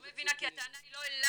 את לא מבינה כי הטענה היא לא אלייך.